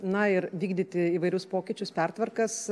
na ir vykdyti įvairius pokyčius pertvarkas